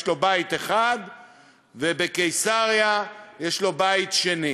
יש לו בית אחד ובקיסריה יש לו בית אחר.